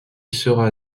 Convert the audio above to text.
sera